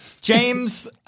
James